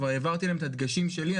כבר העברתי להם את הדגשים שלי.